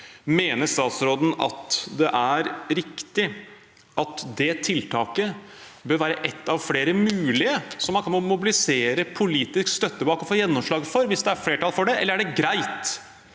utenriksministeren at det er riktig at det tiltaket bør være ett av flere mulige som man kan mobilisere politisk støtte bak og få gjennomslag for, hvis det er flertall for det, eller er det greit